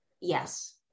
yes